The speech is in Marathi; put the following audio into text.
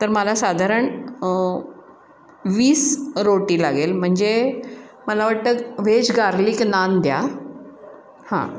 तर मला साधारण वीस रोटी लागेल म्हणजे मला वाटतं वेज गार्लिक नान द्या हां